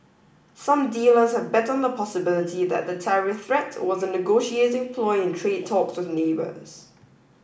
some dealers have bet on the possibility that the tariff threat was a negotiating ploy in trade talks with neighbours